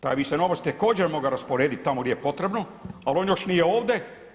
Taj bi se novac također mogao rasporediti tamo gdje je potrebno ali on još nije ovdje.